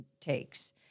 takes